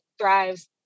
thrives